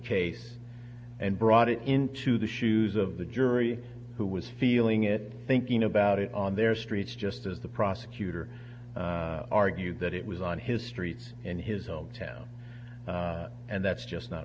case and brought it into the shoes of the jury who was feeling it thinking about it on their streets just as the prosecutor argued that it was on his street in his hometown and that's just not